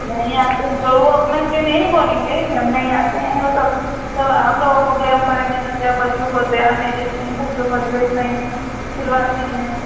नहीं आते हैं तो वो अपने के लिए नहीं ना बोलेंगे कि हम नहीं आते हैं वो तो सब हम लोगों को ब्लेम करेंगे ना कि आप बच्चों का ध्यान नहीं देती हैं बच्चों का ड्रेस नहीं सिलवाती हैं